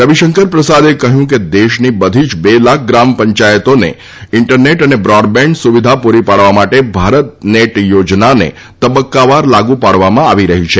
રવિશંકર પ્રસાદે કહ્યું કે દેશની બધી જ બે લાખ ગ્રામ પંચાયતોને ઇન્ટરનેટ અને બ્રોર્ડબેન્ટ સુવિધા પૂરી પાડવા માટે ભારત નેટ યોજનાને તબક્કાવાર લાગુ પાડવામાં આવી રહી છે